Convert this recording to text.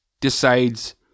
decides